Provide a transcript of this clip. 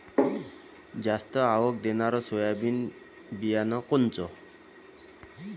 जास्त आवक देणनरं सोयाबीन बियानं कोनचं?